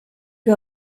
que